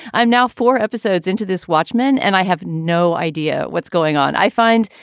i'm now four episodes into this watchmen and i have no idea what's going on. i find,